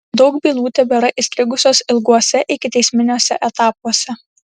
daug bylų tebėra įstrigusios ilguose ikiteisminiuose etapuose